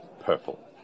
purple